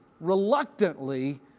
reluctantly